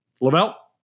Lavelle